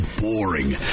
Boring